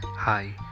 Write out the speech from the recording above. Hi